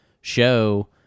show